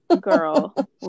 girl